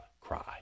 cry